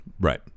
Right